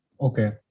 Okay